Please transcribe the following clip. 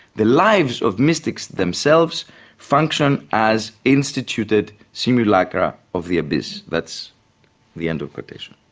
the lives of mystics themselves function as instituted simulacra of the abyss. that's the end of quotation.